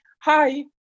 hi